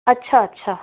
अच्छा अच्छा